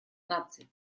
наций